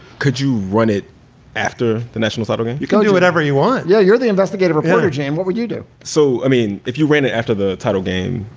could you run it after the national? but you can do whatever you want. yeah. you're the investigative reporter, jane. what would you do? so, i mean, if you ran it after the title game,